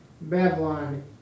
Babylon